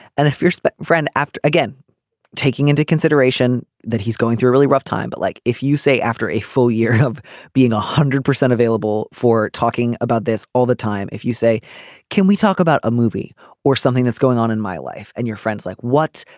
and if you're a so but friend after again taking into consideration that he's going through a really rough time but like if you say after a full year of being one hundred percent available for talking about this all the time. if you say can we talk about a movie or something that's going on in my life and your friends. like what.